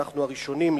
ואנחנו הראשונים,